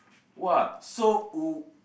!wah! so u~